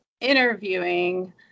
interviewing